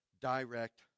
direct